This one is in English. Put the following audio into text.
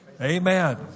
Amen